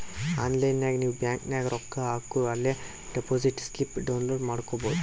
online ನಾಗ್ ನೀವ್ bank ನಾಗ್ ರೊಕ್ಕಾ ಹಾಕೂರ ಅಲೇ ಡೆಪೋಸಿಟ್ ಸ್ಲಿಪ್ ಡೌನ್ಲೋಡ್ ಮಾಡ್ಕೊಬೋದು